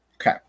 Okay